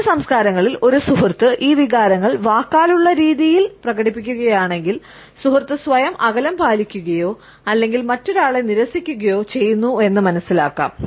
ചില സംസ്കാരങ്ങളിൽ ഒരു സുഹൃത്ത് ഈ വികാരങ്ങൾ വാക്കാലുള്ള രീതിയിൽ പ്രകടിപ്പിക്കുകയാണെങ്കിൽ സുഹൃത്ത് സ്വയം അകലം പാലിക്കുകയോ അല്ലെങ്കിൽ മറ്റൊരാളെ നിരസിക്കുകയോ ചെയ്യുന്നുവെന്ന് മനസ്സിലാക്കാം